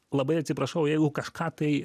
labai atsiprašau jeigu kažką tai